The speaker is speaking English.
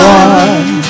one